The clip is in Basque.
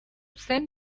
zen